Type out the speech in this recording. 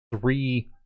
three